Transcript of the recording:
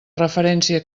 referència